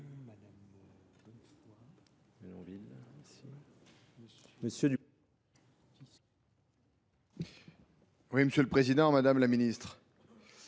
Monsieur le président, madame la ministre,